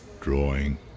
drawing